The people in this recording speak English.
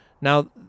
now